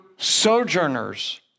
sojourners